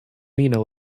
lena